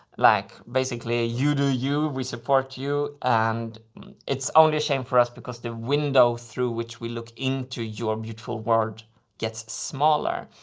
like basically, ah you do you. we support you! and it's only a shame for us because the window through which we look into your beautiful world gets smaller.